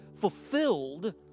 fulfilled